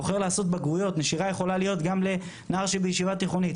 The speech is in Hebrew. בוחר לעשות בגרויות נשירה יכולה להיות גם אצל נער בישיבה תיכונית,